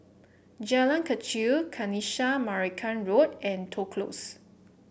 Jalan Kechil Kanisha Marican Road and Toh Close